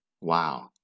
Wow